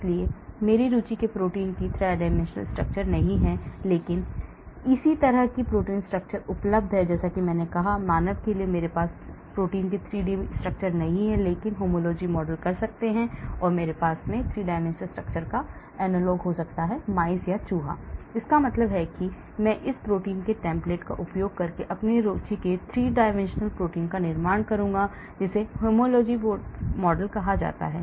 इसलिए यदि मेरी रुचि के प्रोटीन की 3 dimensional structure नहीं है लेकिन इसी तरह की protein structure उपलब्ध है जैसा मैंने कहा मानव के लिए मेरे पास उस प्रोटीन की 3D structure नहीं हो सकती है लेकिन मैं एक homology model करता हूं मेरे पास 3D structure का एनालॉग हो सकता है चूहा इसका मतलब है मैं उस प्रोटीन के टेम्पलेट का उपयोग करके अपनी रुचि के 3 डी प्रोटीन का निर्माण करूंगा जिसे homology model कहा जाता है